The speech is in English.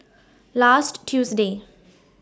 last Tuesday